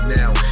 now